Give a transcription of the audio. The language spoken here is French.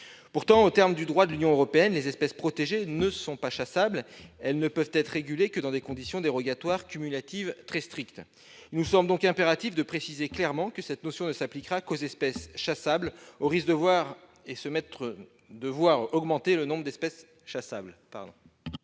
Pourtant, aux termes du droit de l'Union européenne, les espèces protégées ne sont pas chassables. Elles ne peuvent être régulées que dans des conditions dérogatoires cumulatives très strictes. Il nous semble donc impératif de préciser clairement que cette notion ne s'appliquera qu'aux espèces chassables. Quel est l'avis de la commission ? Les espèces